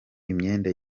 imyenda